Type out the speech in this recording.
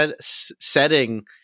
setting